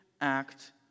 act